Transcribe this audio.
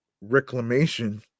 reclamation